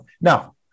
Now